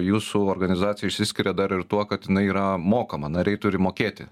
jūsų organizacija išsiskiria dar ir tuo kad jinai yra mokama nariai turi mokėti